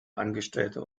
angestellte